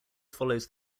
follows